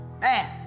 Man